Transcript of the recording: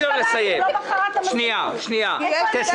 הוא אומר: אי אפשר מינהלית, אפשר דרך החוק.